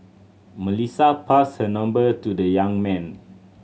Melissa passed her number to the young man